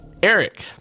Eric